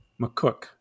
McCook